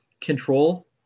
control